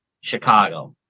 Chicago